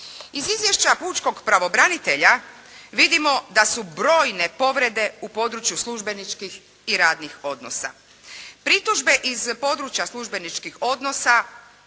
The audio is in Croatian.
Iz izvješća pučkog pravobranitelja vidimo da su brojne povrede u području službeničkih i radnih odnosa. Pritužbe iz područja službeničkih odnosa